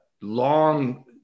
long